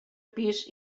pis